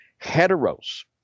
heteros